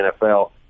NFL